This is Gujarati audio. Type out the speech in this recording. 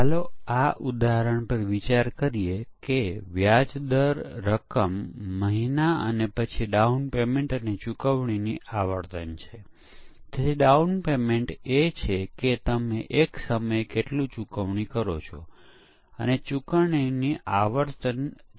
જો એક ઉદાહરણ આપીએ તો આપણે તેને નાના પ્રોગ્રામથી બતાવીશું બે પૂર્ણાંક x અને y માંથી મહત્તમ શોધવાનો એક ખૂબ જ નાનો પ્રોગ્રામ જોઇયે જે ફક્ત બે લાઇનનો જ છે